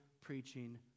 preaching